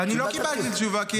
אבל קיבלת תשובה.